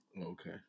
Okay